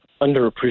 underappreciated